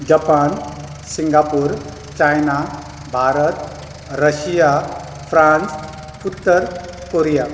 Japan Singapore China Bharat Russia France उत्तर Korea